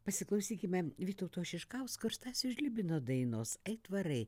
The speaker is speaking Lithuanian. pasiklausykime vytauto šiškausko ir stasio žlibino dainos aitvarai